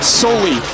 solely